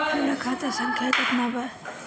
हमरा खाता संख्या केतना बा?